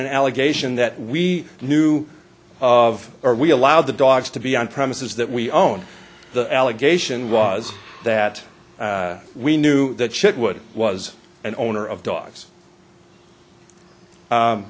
an allegation that we knew of or we allowed the dogs to be on premises that we own the allegation was that we knew that shit would was an owner of dogs